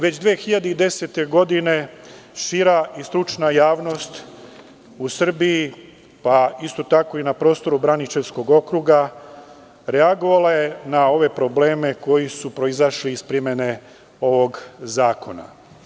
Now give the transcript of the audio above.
Već 2010. godine šira i stručna javnost u Srbiji, pa isto tako i na prostoru Braničevskog okruga, reagovala je na ove probleme koji su proizašli iz primene ovog zakona.